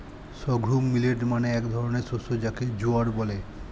sorghum millet মানে এক ধরনের শস্য যাকে জোয়ার বলে